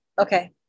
Okay